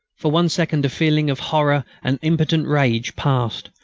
for one second a feeling of horror and impotent rage passed,